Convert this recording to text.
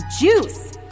juice